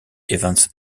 events